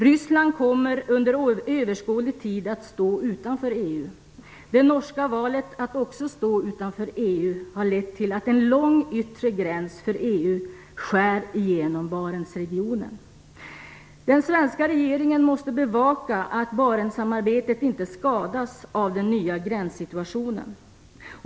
Ryssland kommer under överskådlig tid att stå utanför EU. Det norska valet att också stå utanför EU har lett till att en lång yttre gräns för EU skär igenom Barentsregionen. Den svenska regeringen måste bevaka att Barentssamarbetet inte skadas av den nya gränssituationen.